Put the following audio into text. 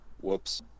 Whoops